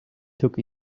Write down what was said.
took